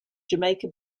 jamaica